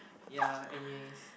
ya but anyways